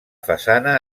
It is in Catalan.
façana